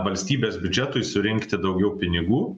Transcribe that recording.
valstybės biudžetui surinkti daugiau pinigų